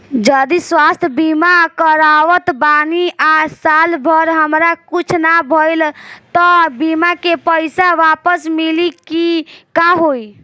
जदि स्वास्थ्य बीमा करावत बानी आ साल भर हमरा कुछ ना भइल त बीमा के पईसा वापस मिली की का होई?